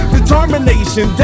Determination